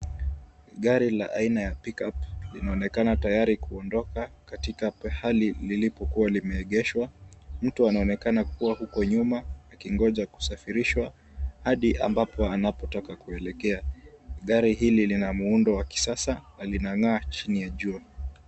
Gari la aina ya pick-up linaonekana tayari kuondoka katika pahali lilipokuwa limeegeshwa, mtu anaonekana kuwa huko nyuma akingoja kusafirishwa hadi ambapo anapotaka kuelekea. Gari hili lina muundo wa kisasa na linang'aa chini ya jua.